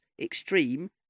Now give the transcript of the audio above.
Extreme